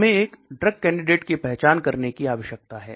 हमें एक drug candidate की पहचान करने की आवश्यकता है